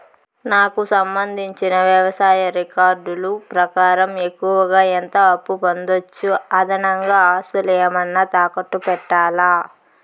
నాకు సంబంధించిన వ్యవసాయ రికార్డులు ప్రకారం ఎక్కువగా ఎంత అప్పు పొందొచ్చు, అదనంగా ఆస్తులు ఏమన్నా తాకట్టు పెట్టాలా?